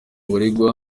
baregwa